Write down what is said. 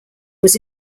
was